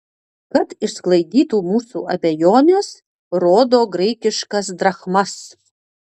kad išsklaidytų mūsų abejones rodo graikiškas drachmas